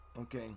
okay